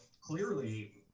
clearly